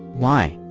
why?